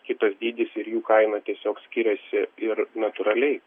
kitas dydis ir jų kaina tiesiog skiriasi ir natūraliai